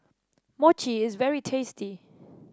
Mochi is very tasty